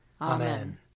Amen